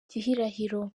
gihirahiro